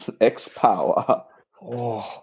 X-Power